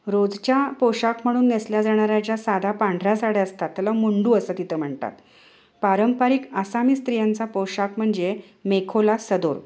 रोजच्या पोषाख म्हणून नेसल्या जाणाऱ्या ज्या साधा पांढऱ्या साड्या असतात त्याला मुंडू असं तिथं म्हणतात पारंपरिक आसामी स्त्रियांचा पोशाख म्हणजे मेखोला सदोर